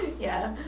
yeah,